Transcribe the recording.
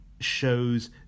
shows